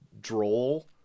droll